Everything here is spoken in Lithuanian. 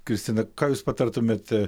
kristina ką jūs patartumėte